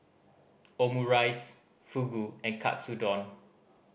Omurice Fugu and Katsudon